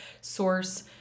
source